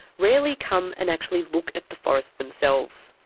rarely come and actually look at the forest themselves.